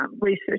research